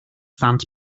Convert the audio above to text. ddant